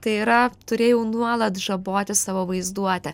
tai yra turėjau nuolat žaboti savo vaizduotę